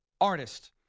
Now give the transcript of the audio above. artist